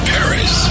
Paris